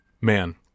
man